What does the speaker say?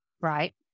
right